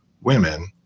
women